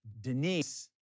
Denise